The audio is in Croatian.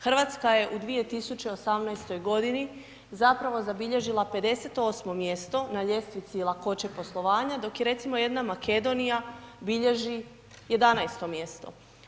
Hrvatska je u 2018. godini zapravo zabilježila 58 mjesto na ljestvici lakoće poslovanja, dok je recimo jedna Makedonija bilježi 11 mjesto.